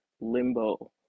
limbo